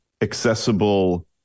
accessible